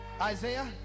Isaiah